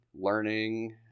learning